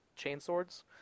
chainswords